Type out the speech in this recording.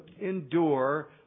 endure